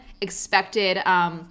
expected